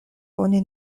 oni